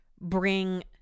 bring